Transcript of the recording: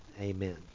Amen